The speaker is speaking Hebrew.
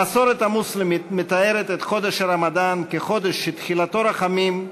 המסורת המוסלמית מתארת את חודש הרמדאן כחודש שתחילתו רחמים,